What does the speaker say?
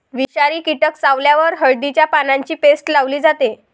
विषारी कीटक चावल्यावर हळदीच्या पानांची पेस्ट लावली जाते